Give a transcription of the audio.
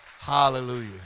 Hallelujah